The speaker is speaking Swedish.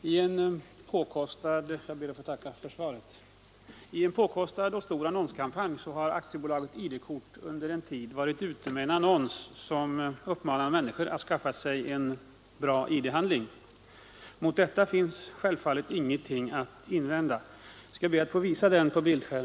Herr talman! Jag ber att få tacka för svaret. I en påkostad och stor annonskampanj har AB ID-kort under en tid uppmanat människor att skaffa sig en bra identitetshandling. Mot detta finns självfallet inget att invända.